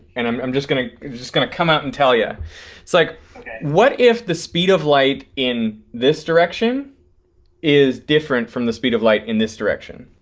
and i'm just gonna just gonna come out and tell you. it's like what if the speed of light in this direction is different from the speed of light in this direction?